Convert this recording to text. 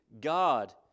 God